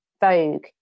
Vogue